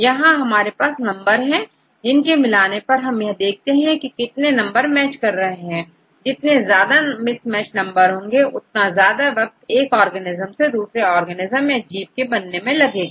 यहां हमारे पास नंबर है जिनके मिलाने पर यह देखते हैं कि कितने नंबर मैच कर रहे हैं जितने ज्यादा मिस मैच नंबर होंगे उतना ज्यादा वक्त एक ऑर्गेनेज्म से दूसरे ऑर्गेनेज्म या जीव मैं जाने में लगेगा